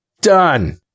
done